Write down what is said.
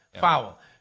foul